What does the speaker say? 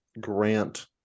Grant